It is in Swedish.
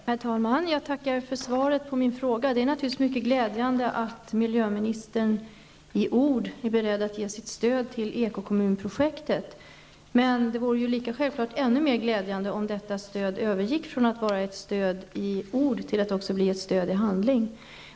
Herr talman! Jag tackar för svaret på min fråga. Det är naturligtvis mycket glädjande att miljöministern i ord är beredd att ge sitt stöd till ekokommunprojektet. Men det vore självfallet ännu mer glädjande om detta stöd övergick från att vara ett stöd i ord till att också bli ett stöd i handling.